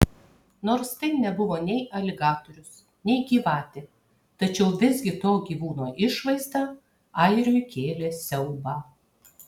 nors tai nebuvo nei aligatorius nei gyvatė tačiau visgi to gyvūno išvaizda airiui kėlė siaubą